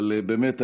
אבל באמת,